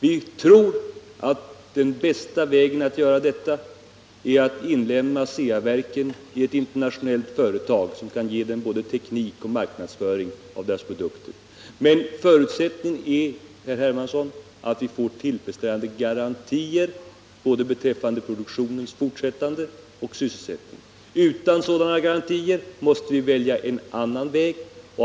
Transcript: Vi tror att den bästa vägen att göra detta är att inlemma Ceaverken i ett internationellt företag, som kan ge Ceaverken både teknik och marknadsföring av dess produkter. Men förutsättningen är, herr Hermansson, att vi får tillfredsställande garantier beträffande både produktionens fortsättande och sysselsättningen. Utan sådana garantier måste vi välja en annan väg.